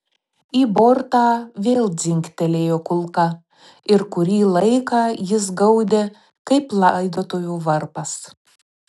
į bortą vėl dzingtelėjo kulka ir kurį laiką jis gaudė kaip laidotuvių varpas